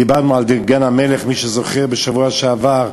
דיברנו על גן-המלך, מי שזוכר, בשבוע שעבר,